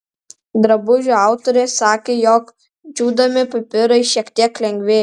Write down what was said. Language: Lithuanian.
drabužio autorės sakė jog džiūdami pipirai šiek tiek lengvėja